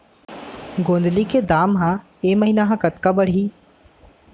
गोंदली के दाम ह ऐ महीना ह कतका बढ़ही?